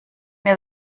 mir